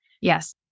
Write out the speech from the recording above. Yes